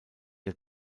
der